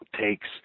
takes